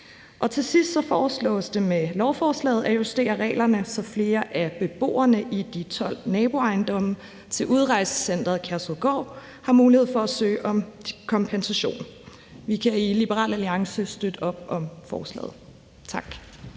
Til sidst foreslås med lovforslaget at justere reglerne, så flere af beboerne i de 12 naboejendomme til Udrejsecenter Kærshovedgård har mulighed for at søge om kompensation. Vi kan i Liberal Alliance støtte op om lovforslaget. Kl.